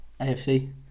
AFC